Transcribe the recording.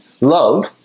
love